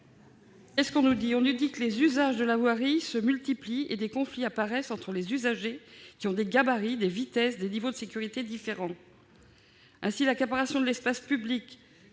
présenter l'amendement n° 240 rectifié. Les usages de la voirie se multiplient et des conflits apparaissent entre des usagers qui ont des gabarits, des vitesses, des niveaux de sécurité différents. Ainsi, l'accaparement de l'espace public